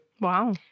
Wow